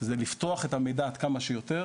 הן לפתוח את המידע עד כמה שיותר.